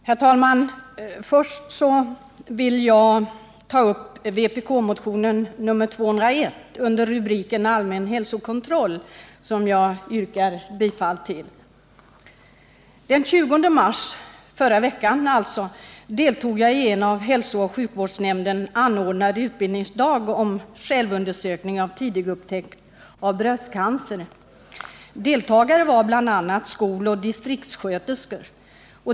Herr talman! Först vill jag ta upp vpk-motionen 201, som behandlas i betänkandet under rubriken Allmän hälsokontroll och som jag yrkar bifall till. Den 20 mars — alltså under förra veckan — deltog jag i en av hälsooch sjukvårdsnämnden anordnad utbildningsdag om självundersökning för tidig upptäckt av bröstcancer. Deltagare var bl.a. skoloch distriktssköterskor.